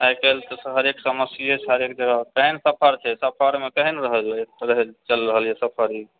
आइकाल्हि तऽ हरेक समस्ये छै हरेक जगह केहन सफर छै सफरमे केहन चलि रहल चलि रहल है सफर ई